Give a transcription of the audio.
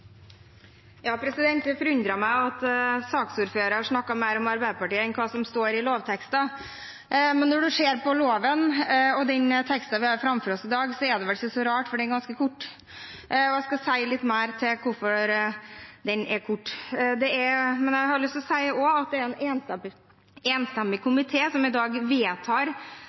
Det forundrer meg at saksordføreren snakket mer om Arbeiderpartiet enn om hva som står i lovteksten. Men når man ser på loven og den teksten vi har foran oss i dag, er det vel ikke så rart, for den er ganske kort. Jeg skal si litt mer om hvorfor den er kort. Men jeg har også lyst til å si at det er en enstemmig komité som i dag